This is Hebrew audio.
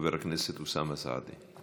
חבר הכנסת אוסאמה סעדי.